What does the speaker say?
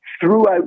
throughout